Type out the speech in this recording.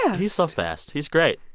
yeah he's so fast. he's great.